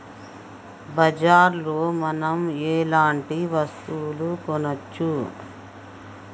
బజార్ లో మనం ఎలాంటి వస్తువులు కొనచ్చు?